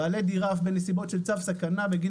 בעלי דירה אף בנסיבות של צו סכנה בגין